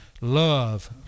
Love